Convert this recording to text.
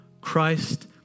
Christ